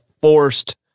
forced